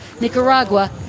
Nicaragua